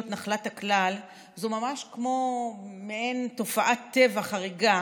נחלת הכלל זו ממש כמו מעין תופעת טבע חריגה